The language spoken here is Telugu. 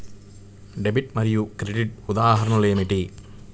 డెబిట్ మరియు క్రెడిట్ ఉదాహరణలు ఏమిటీ?